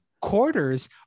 Quarters